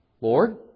Lord